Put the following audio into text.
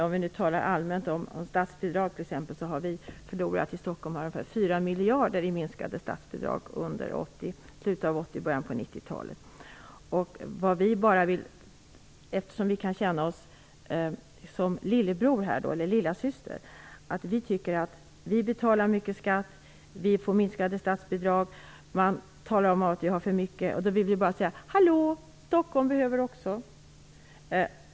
Om man talar allmänt om statsbidrag kan man konstatera att vi i Stockholm har förlorat ungefär 4 miljarder i minskade statsbidrag under slutet av 1980-talet och början av Vi kan känna oss som lillebror eller lillasyster här i Stockholm eftersom vi betalar mycket skatt och får minskade statsbidrag och man talar om att vi har för mycket resurser. Då vill vi säga: "Hallå, Stockholm behöver också."